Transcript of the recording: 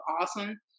awesome